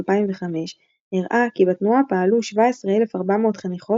2005 הראה כי בתנועה פעלו 17,400 חניכות,